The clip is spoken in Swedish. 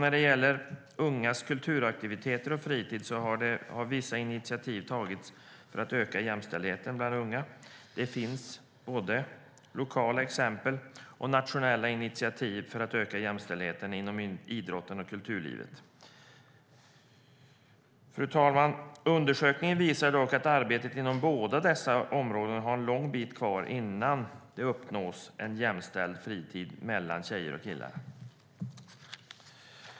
När det gäller ungas kulturaktiviteter och fritid har vissa initiativ tagits för att öka jämställdheten bland unga. Det finns både lokala exempel och nationella initiativ för att öka jämställdheten inom idrotten och kulturlivet. Undersökningen visar dock att arbetet inom båda dessa områden har en lång bit kvar innan en jämställd fritid för tjejer och killar uppnås.